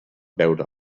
veure